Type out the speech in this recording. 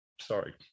Sorry